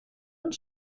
und